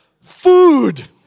Food